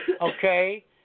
Okay